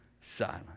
silent